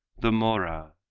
the mohra,